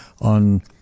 on